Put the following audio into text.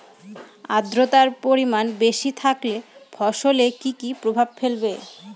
আদ্রর্তার পরিমান বেশি থাকলে ফসলে কি কি প্রভাব ফেলবে?